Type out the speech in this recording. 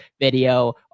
video